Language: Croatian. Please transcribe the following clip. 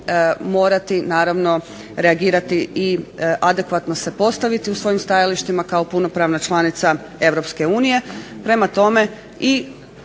morati naravno reagirati i adekvatno se postaviti u svojim stajalištima kao punopravna članica EU.